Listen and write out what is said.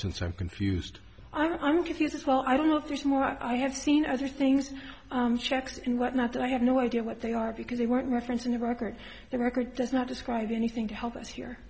since i'm confused i'm confused as well i don't know if there's more i have seen other things checks and whatnot but i have no idea what they are because they weren't referencing the record the record does not describe anything to help us here